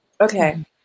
Okay